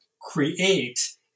create